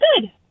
good